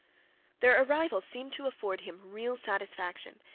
their arrival seemed to afford him real satisfaction,